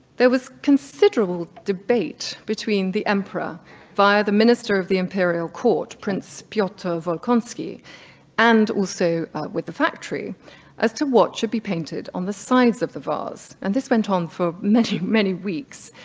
there was considerable debate between the emperor via the minister of the imperial court, prince pyotr volkonsky and also with the factory as to what should be painted on the sides of vase, and this went on for many many weeks.